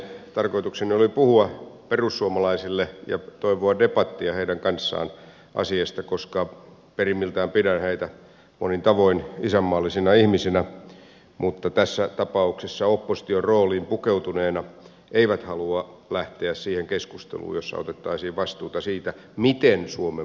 tarkoitukseni oli puhua perussuomalaisille ja toivoa debattia heidän kanssaan asiasta koska perimmiltään pidän heitä monin tavoin isänmaallisina ihmisinä mutta tässä tapauksessa opposition rooliin pukeutuneina he eivät halua lähteä siihen keskusteluun jossa otettaisiin vastuuta siitä miten suomen puolustusvalmiutta kehitetään